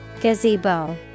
Gazebo